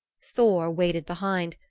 thor waded behind,